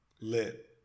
Lit